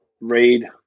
read